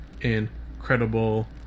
incredible